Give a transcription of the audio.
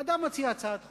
אדם מציע הצעת חוק,